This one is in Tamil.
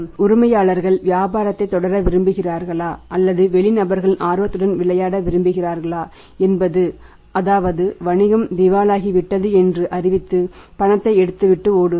உரிமையாளர்கள் வியாபாரத்தைத் தொடர விரும்புகிறார்களா அல்லது வெளி நபர்களின் ஆர்வத்துடன் விளையாட விரும்பினாரா என்பது அதாவது வணிகம் திவாலாகி விட்டது என்று அறிவித்து பணத்தை எடுத்துவிட்டு ஓடுவது